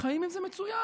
וחיים עם זה מצוין.